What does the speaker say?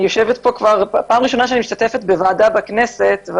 פעם ראשונה שאני משתתפת בוועדה בכנסת,